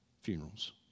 funerals